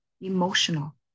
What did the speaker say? emotional